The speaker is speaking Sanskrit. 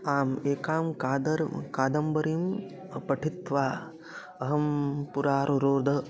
आम् एकां कादर् कादम्बरीं पठित्वा अहं पुरारुरोढः